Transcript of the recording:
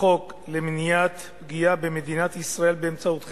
החוק למניעת פגיעה במדינת ישראל באמצעות חרם,